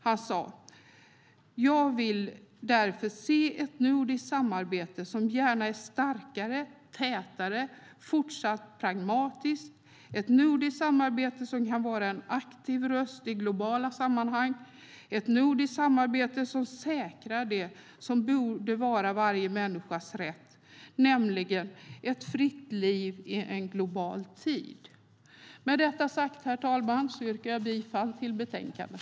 Han sa: "Jag vill därför se ett nordiskt samarbete som gärna är starkare, tätare och fortsatt pragmatiskt, ett nordiskt samarbete som kan vara en aktiv röst i globala sammanhang, ett nordiskt samarbete som säkrar det som borde vara varje människas rätt, nämligen ett fritt liv i en global tid." Herr talman! Med detta sagt yrkar jag bifall till förslaget i betänkandet.